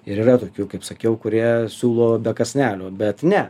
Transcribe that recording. ir yra tokių kaip sakiau kurie siūlo be kąsnelio bet ne